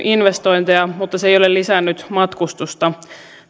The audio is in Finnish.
investointeja mutta se ei ole lisännyt matkustusta